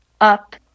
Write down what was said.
up